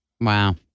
Wow